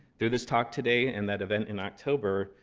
through this talk today and that event in october,